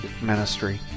ministry